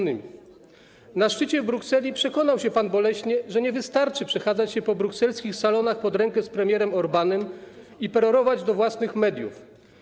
Na szczycie w Brukseli przekonał się pan boleśnie, że nie wystarczy przechadzać się po brukselskich salonach pod rękę z premierem Orbánem i perorować do własnych mediów.